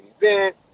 event